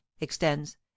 extends